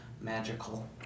magical